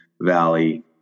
Valley